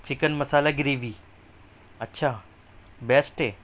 chicken masala gravy اچھا best ہے